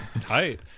tight